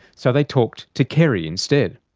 so they talked to kerrie instead.